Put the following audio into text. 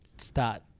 start